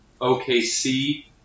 OKC